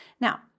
Now